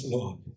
Lord